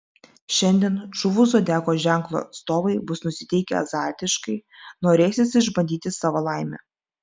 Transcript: šiandien žuvų zodiako ženklo atstovai bus nusiteikę azartiškai norėsis išbandyti savo laimę